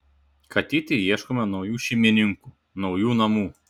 katytei ieškome naujų šeimininkų naujų namų